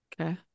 okay